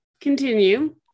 continue